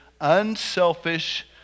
unselfish